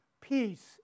peace